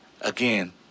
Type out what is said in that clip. again